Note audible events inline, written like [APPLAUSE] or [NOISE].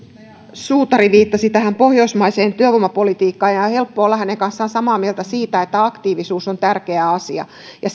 suutari viittasi pohjoismaiseen työvoimapolitiikkaan on helppo olla hänen kanssaan samaa mieltä siitä että aktiivisuus on tärkeä asia ja [UNINTELLIGIBLE]